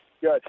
good